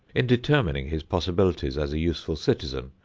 in determining his possibilities as a useful citizen,